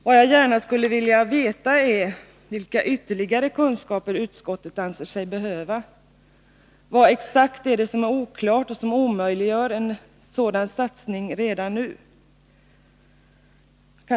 Vad jag gärna skulle vilja veta är vilka ytterligare kunskaper utskottet anser sig behöva. Vad exakt är det som är oklart och som omöjliggör en sådan satsning redan nu?